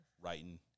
writing